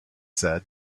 said